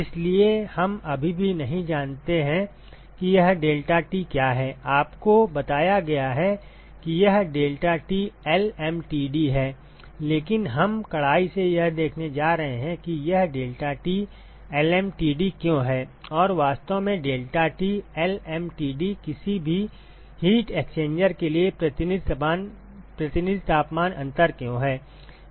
इसलिए हम अभी भी नहीं जानते हैं कि यह deltaT क्या है आपको बताया गया है कि यह deltaT LMTD है लेकिन हम कड़ाई से यह देखने जा रहे हैं कि यह deltaT LMTD क्यों है और वास्तव में deltaT LMTD किसी भी हीट एक्सचेंजर के लिए प्रतिनिधि तापमान अंतर क्यों है